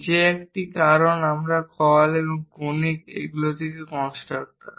যে একটি কারণ আমরা কল কনিক থেকে এগুলি কনস্ট্রাক্টর